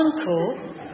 uncle